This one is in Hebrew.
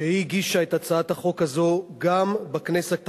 שהגישה את הצעת החוק הזו גם בכנסת הקודמת,